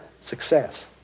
success